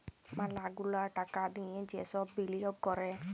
ম্যালা গুলা টাকা দিয়ে যে সব বিলিয়গ ক্যরে